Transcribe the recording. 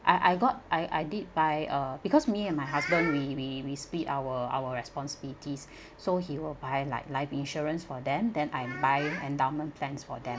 I I got I I did buy uh because me and my husband we we we split our our responsibilities so he will buy like life insurance for them then I buy endowment plans for them